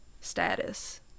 status